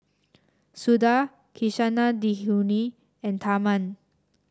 Suda Kasinadhuni and Tharman